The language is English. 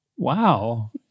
Wow